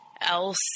else